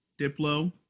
Diplo